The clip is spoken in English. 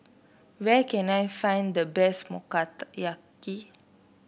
where can I find the best